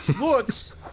looks